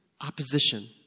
opposition